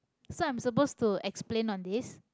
so i'm supposed to explain on this